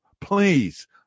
Please